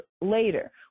later